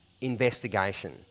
investigation